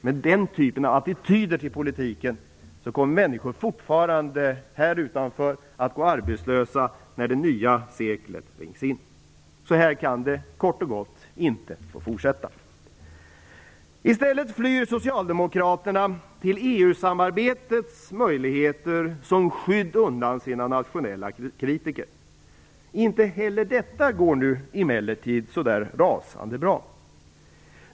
Med den typen av attityd till politiken kommer människor här utanför att få fortsätta att gå arbetslösa när det nya seklet rings in. Kort och gott: Så här kan det inte få fortsätta! I stället flyr Socialdemokraterna till EU samarbetets möjligheter; detta som ett skydd undan nationella kritiker. Inte heller det går emellertid så rasande bra.